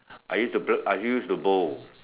I used to Bo I used to bowl